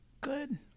Good